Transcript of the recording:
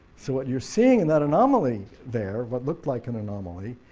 so what you're seeing in that anomaly there, what looked like an anomaly,